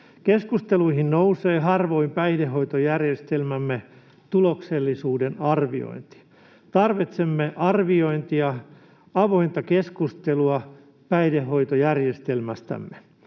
Keskusteluihin nousee harvoin päihdehoitojärjestelmämme tuloksellisuuden arviointi. Tarvitsemme arviointia, avointa keskustelua päihdehoitojärjestelmästämme